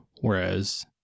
whereas